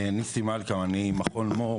ניסים מלכא ממכון מור.